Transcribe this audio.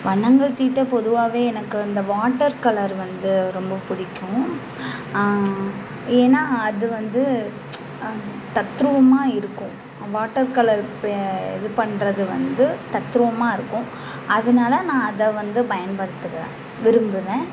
வண்ணங்கள் தீட்ட பொதுவாகவே எனக்கு அந்த வாட்டர் கலர் வந்து ரொம்ப பிடிக்கும் ஏன்னா அதுவந்து தத்ரூபமா இருக்கும் வாட்டர் கலர் இது பண்ணுறது வந்து தத்ரூபமா இருக்கும் அதனால நான் அதை வந்து பயன்படுத்துகிறேன் விரும்புகிறேன்